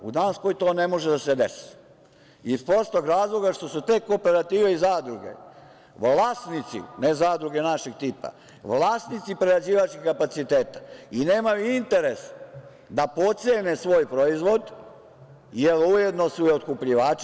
U Danskoj to ne može da se desi iz prostog razloga što su te kooperative i zadruge vlasnici, ne zadruge našeg tipa, prerađivačkih kapaciteta i nemaju interes da potcene svoj proizvod, jer ujedno su i otkupljivači.